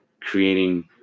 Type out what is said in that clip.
creating